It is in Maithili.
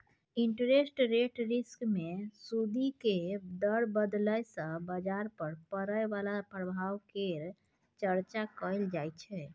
इंटरेस्ट रेट रिस्क मे सूदि केर दर बदलय सँ बजार पर पड़य बला प्रभाव केर चर्चा कएल जाइ छै